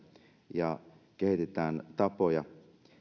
ja kehitetään tapoja